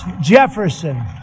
Jefferson